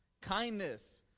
Kindness